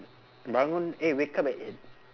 bangun eh wake up at eight